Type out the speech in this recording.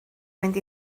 mynd